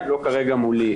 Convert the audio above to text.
הם לא מולי כרגע.